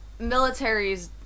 militaries